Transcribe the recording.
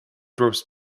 drops